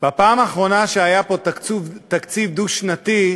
בפעם האחרונה שהיה פה תקציב דו-שנתי,